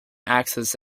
access